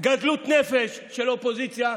גדלות נפש של אופוזיציה,